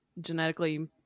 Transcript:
genetically